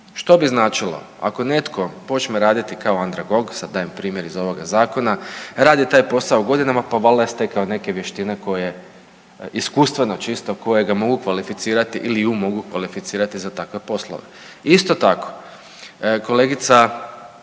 što bi značilo ako netko počne raditi kao andragog, sad dajem primjer iz ovoga zakona, radi taj posao godinama pa valjda je stekao neke vještine koje, iskustveno čisto, koje ga mogu kvalificirati ili ju mogu kvalificirati za takve poslove. Isto tako, kolegica